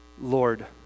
Lord